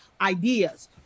ideas